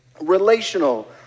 Relational